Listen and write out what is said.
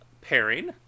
pairing